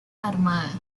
armada